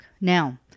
Now